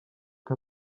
que